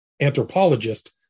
anthropologist